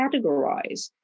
categorize